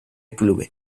clube